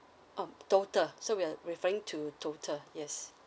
um total so we're referring to total yes